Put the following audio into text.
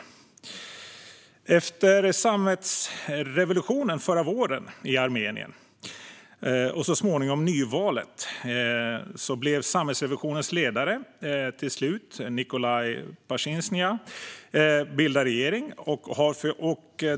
Förra våren ägde sammetsrevolutionen rum i Armenien. Så småningom blev det nyval. Till slut fick sammetsrevolutionens ledare, Nikol Pasjinian, bilda regering.